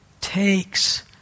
takes